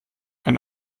ein